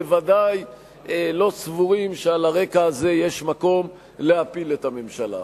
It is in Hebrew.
ובוודאי לא סבורים שעל הרקע הזה יש מקום להפיל את הממשלה.